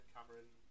Cameron